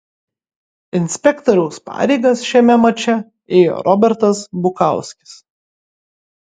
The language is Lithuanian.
inspektoriaus pareigas šiame mače ėjo robertas bukauskis